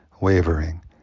wavering